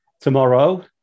tomorrow